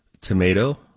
tomato